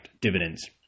dividends